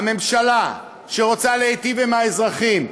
הממשלה שרוצה להטיב עם האזרחים,